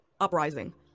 uprising